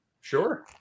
sure